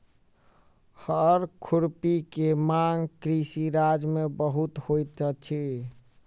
हअर खुरपी के मांग कृषि राज्य में बहुत होइत अछि